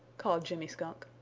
called jimmy skunk.